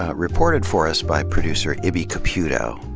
ah reported for us by producer ibby caputo,